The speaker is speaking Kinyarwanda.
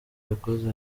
yakoze